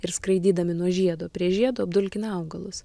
ir skraidydami nuo žiedo prie žiedo apdulkina augalus